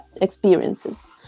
experiences